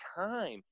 time